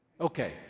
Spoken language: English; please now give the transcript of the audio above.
Okay